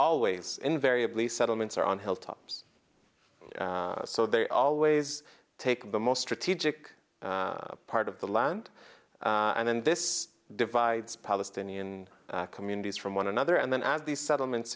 always invariably settlements are on hilltops so they always take the most strategic part of the land and then this divides palestinian communities from one another and then as these settlements